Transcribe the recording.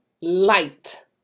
light